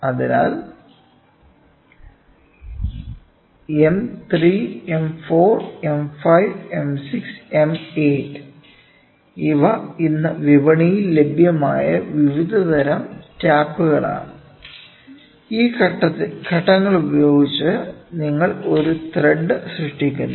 അതിനാൽ M3 M4 M5 M6 M8 ഇവ ഇന്ന് വിപണിയിൽ ലഭ്യമായ വിവിധ തരം ടാപ്പുകളാണ് ഈ ഘട്ടങ്ങൾ ഉപയോഗിച്ച് നിങ്ങൾ ഒരു ത്രെഡ് സൃഷ്ടിക്കുന്നു